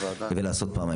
כדי לעשות פעמיים.